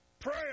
Pray